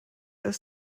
als